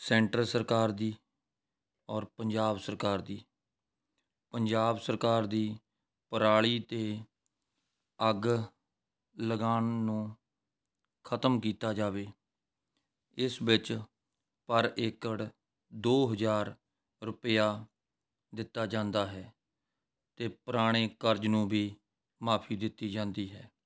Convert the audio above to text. centre ਸਰਕਾਰ ਦੀ ਔਰ ਪੰਜਾਬ ਸਰਕਾਰ ਦੀ ਪੰਜਾਬ ਸਰਕਾਰ ਦੀ ਪਰਾਲੀ 'ਤੇ ਅੱਗ ਲਗਾਉਣ ਨੂੰ ਖਤਮ ਕੀਤਾ ਜਾਵੇ ਇਸ ਵਿੱਚ ਪਰ ਏਕੜ ਦੋ ਹਜ਼ਾਰ ਰੁਪਇਆ ਦਿੱਤਾ ਜਾਂਦਾ ਹੈ ਅਤੇ ਪੁਰਾਣੇ ਕਰਜ਼ ਨੂੰ ਵੀ ਮਾਫੀ ਦਿੱਤੀ ਜਾਂਦੀ ਹੈ